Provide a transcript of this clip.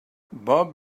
bob